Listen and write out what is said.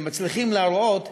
ומצליחים להראות שאפשר,